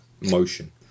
motion